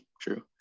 true